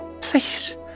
please